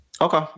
Okay